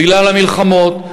בגלל המלחמות.